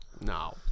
No